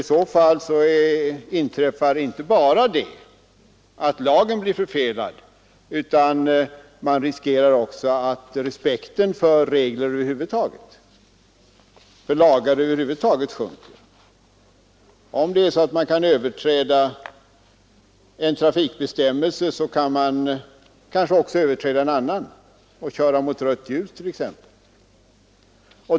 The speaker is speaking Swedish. I så fall inträffar inte bara det att lagen blir förfelad, utan man riskerar också att respekten för regler och lagar över huvud taget sjunker. Om det är så att man kan överträda en trafikbestämmelse kan man kanske också överträda en annan och köra mot rött ljus t.ex.